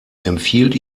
empfiehlt